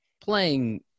playing